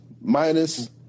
minus